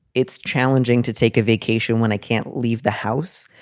it's challenging to take a vacation when i can't leave the house.